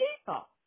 people